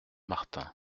martin